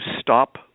stop